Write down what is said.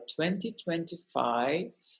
2025